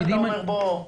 אתה אומר: בוא,